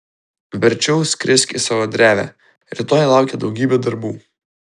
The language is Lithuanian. verčiau skrisk į savo drevę rytoj laukia daugybė darbų